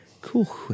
Cool